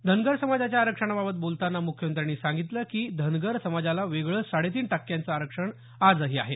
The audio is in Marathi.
धनगर समाजाच्या आरक्षणाबाबत बोलताना मुख्यमंत्र्यांनी सांगितलं की धनगर समाजाला वेगळं साडे तीन टक्क्यांचं आरक्षण आजही आहे